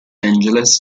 angeles